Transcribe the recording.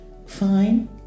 Fine